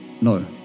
No